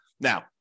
Now